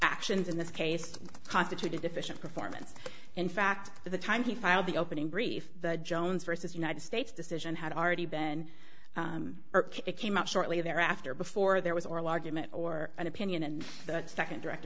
actions in this case constitute a deficient performance in fact the time he filed the opening brief jones versus united states decision had already been it came out shortly thereafter before there was oral argument or an opinion and the second direct